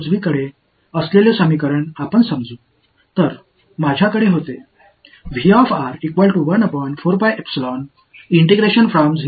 இது பூஜ்ஜிய நிலையான சொற்களஞ்சியம் என்றால் நாம் அதை ஹோமோஜினியஸ் சமன்பாடு என்று அழைப்போம் இல்லையெனில் அதை ஒரே நான் ஹோமோஜினியஸ் என்று அழைப்போம்